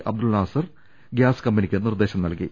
Abdul Nasser gas കമ്പനിക്ക് നിർദേശം നൽകി